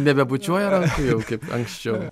nebebučiuoja rankų jau kaip anksčiau